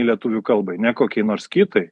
lietuvių kalbai ne kokiai nors kitai